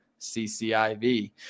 CCIV